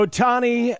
Otani